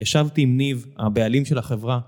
ישבתי עם ניב הבעלים של החברה